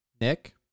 Nick